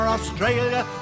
Australia